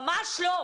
ממש לא.